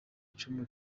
icumu